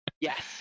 Yes